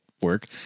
work